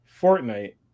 fortnite